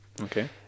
Okay